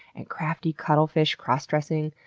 and crafty cuttlefish crossdressing,